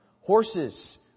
Horses